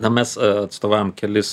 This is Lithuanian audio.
na mes atstovaujam kelis